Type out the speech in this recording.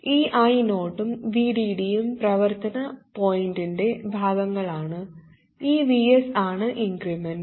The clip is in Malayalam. ഈ I0 ഉം VDD ഉം പ്രവർത്തന പോയിന്റിന്റെ ഭാഗങ്ങളാണ് ഈ Vs ആണ് ഇൻക്രിമെന്റ്